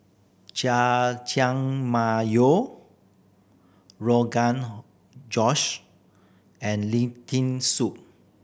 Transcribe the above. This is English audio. Jajangmyeon Rogan Josh and Lentil Soup